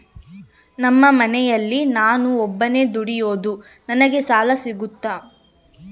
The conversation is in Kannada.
ನಮ್ಮ ಮನೆಯಲ್ಲಿ ನಾನು ಒಬ್ಬನೇ ದುಡಿಯೋದು ನನಗೆ ಸಾಲ ಸಿಗುತ್ತಾ?